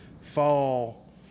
fall